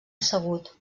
assegut